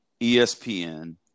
ESPN